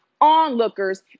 onlookers